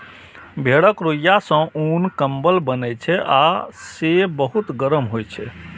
भेड़क रुइंया सं उन, कंबल बनै छै आ से बहुत गरम होइ छै